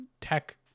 tech